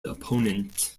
opponent